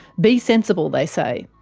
be sensible, they say.